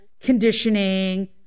conditioning